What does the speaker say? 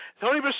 Tony